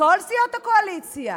מכל סיעות הקואליציה,